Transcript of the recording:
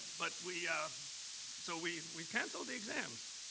but we so we we canceled the exams.